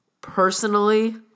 personally